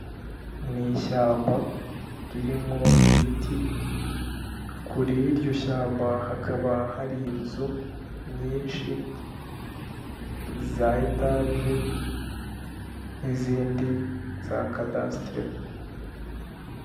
Ni ishyamba ririmo ibiti kuri y'iryo shyamba hakaba hari inzu nyinshi za etaje n'izindi za kadasiteri.